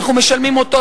אנחנו משלמים אותו,